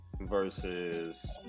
versus